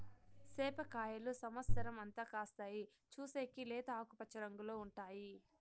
సేప కాయలు సమత్సరం అంతా కాస్తాయి, చూసేకి లేత ఆకుపచ్చ రంగులో ఉంటాయి